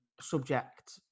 Subject